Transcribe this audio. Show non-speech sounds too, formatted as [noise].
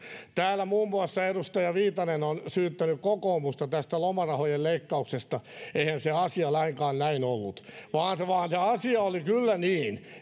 täällä muun muassa edustaja viitanen on syyttänyt kokoomusta tästä lomarahojen leikkauksesta eihän se asia lainkaan näin ollut vaan se asia oli kyllä niin [unintelligible]